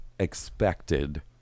expected